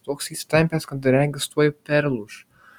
toks įsitempęs kad regis tuoj perlūš